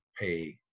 pay